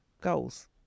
goals